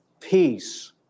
peace